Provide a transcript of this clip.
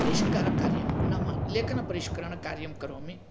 परिष्कारकार्यं नाम लेखनपरिष्करण कार्यं करोमि